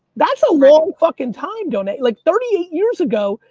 that's a long fucking time, donah. like thirty eight years ago,